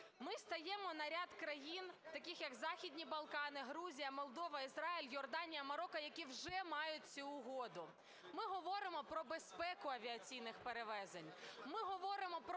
Ми стаємо в ряд країн, таких як Західні Балкани, Грузія, Молдова, Ізраїль, Йорданія, Марокко, які вже мають цю угоду. Ми говоримо про безпеку авіаційних перевезень,